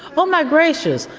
oh my gracious,